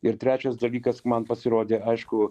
ir trečias dalykas man pasirodė aišku